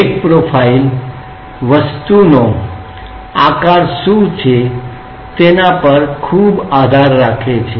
વેગ profile velocity profile velocity profile પદાર્થ નો આકાર શું છે તેના પર ખૂબ આધાર રાખે છે